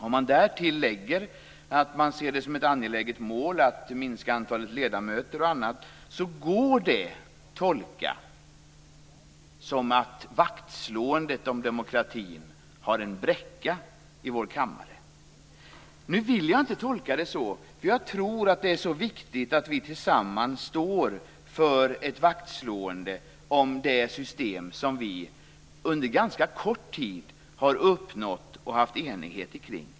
Om man därtill lägger att man ser det som ett angeläget mål att minska antalet ledamöter och annat går det att tolka så, att vaktslåendet om demokratin har en bräcka i vår kammare. Nu vill jag inte tolka det så, därför att jag tror att det är viktigt att vi tillsammans står för ett vaktslående om det system som vi under ganska kort tid har uppnått och haft enighet kring.